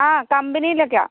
ആ കമ്പനിലേക്കാ